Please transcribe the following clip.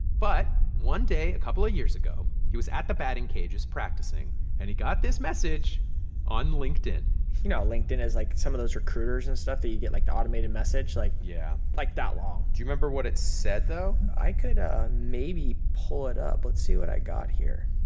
but one day a couple of years ago, he was at the batting cages practicing, and he got this message on linkedin you know, linkedin is like, some of those recruiters and stuff that you get, like, the automated message, like. yeah. like, that long do you remember what it said, though? i could maybe pull it up. let's see what i got here.